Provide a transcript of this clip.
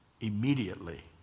immediately